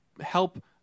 help